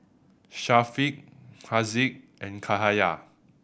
Syafiq Haziq and Cahaya